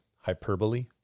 hyperbole